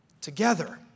together